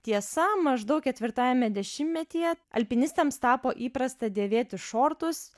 tiesa maždaug ketvirtajame dešimtmetyje alpinistėms tapo įprasta dėvėti šortus